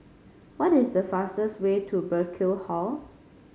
what is the fastest way to Burkill Hall